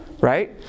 right